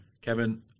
Kevin